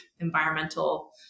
environmental